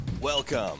Welcome